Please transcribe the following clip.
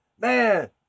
man